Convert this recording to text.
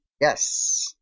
Yes